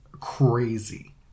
crazy